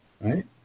right